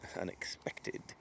unexpected